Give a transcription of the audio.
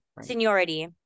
seniority